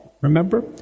Remember